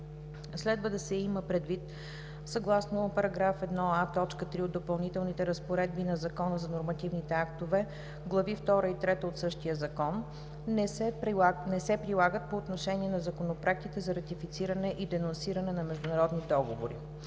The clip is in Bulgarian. Следва да се има предвид съгласно § 1а, т. 3 от Допълнителните разпоредби на Закона за нормативните актове, глави втора и трета от същия закон, не се прилагат по отношение на законопроектите за ратифициране и денонсиране на международни договори.